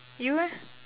you eh